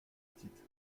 titre